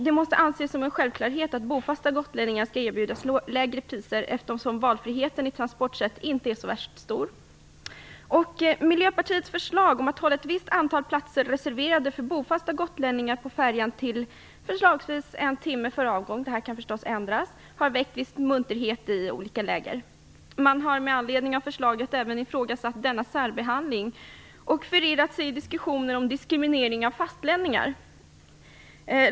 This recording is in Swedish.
Det måste anses som en självklarhet att bofasta gotlänningar skall erbjudas lägre priser, eftersom valfriheten i transportsätt inte är så värst stor. Miljöpartiets förslag om att hålla ett visst antal platser reserverade för bofasta gotlänningar på färjan fram till förslagsvis en timme före avgång - det kan förstås ändras - har väckt en viss munterhet i olika läger. Man har med anledning av förslaget även ifrågasatt denna särbehandling och förirrat sig i diskussioner om diskriminering av fastlänningar.